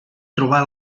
trobar